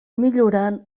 millorant